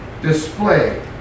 display